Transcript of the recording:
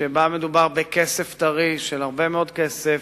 שבה מדובר בכסף טרי, הרבה מאוד כסף,